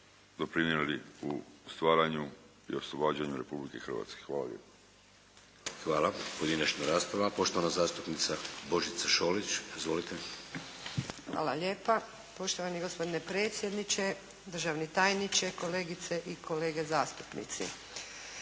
doprinijeli u stvaranju i oslobađanju Republike Hrvatske. Hvala lijepo. **Šeks, Vladimir (HDZ)** Hvala. Pojedinačna rasprava. Poštovana zastupnica Božica Šolić. Izvolite. **Šolić, Božica (HDZ)** Hvala lijep. Poštovani gospodine predsjedniče, državni tajniče, kolegice i kolege zastupnici.